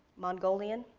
mongolian,